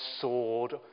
sword